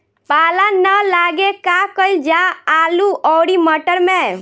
पाला न लागे का कयिल जा आलू औरी मटर मैं?